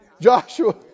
Joshua